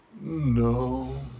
No